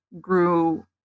grew